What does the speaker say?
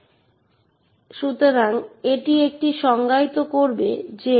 অন্যদিকে access control list ঠিক বিপরীত এখানে আমরা প্রতিটি বস্তুর জন্য একটি লিঙ্ক তালিকা বজায় রাখি